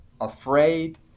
afraid